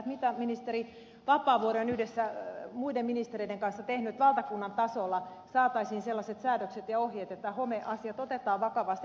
mitä ministeri vapaavuori on yhdessä muiden ministereiden kanssa tehnyt valtakunnan tasolla että saataisiin sellaiset säädökset ja ohjeet että homeasiat otetaan vakavasti